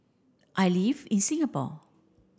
I live in Singapore